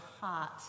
heart